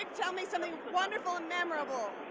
tell me something wonderful and memorable.